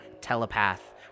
Telepath